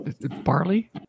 barley